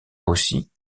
aussi